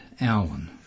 Alan